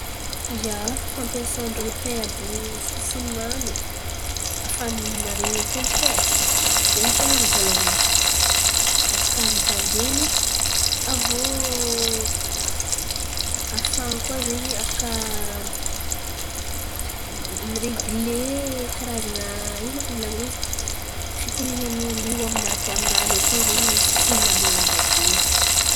Ia, fampiasan-drô lapain afahany maren̈y akendriky e. Zen̈y tain̈a ny volohany afaka mitandren̈y aviô afahany koa zen̈y afaka miregle, karazan̈a ino ma fivolan̈ana izy? Fikorin̈any ny lio anaty aminany ao koa sofini-nany lava be in̈y ze.